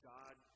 God